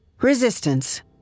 Resistance